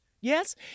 Yes